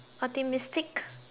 optimis